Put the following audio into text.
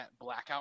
Blackout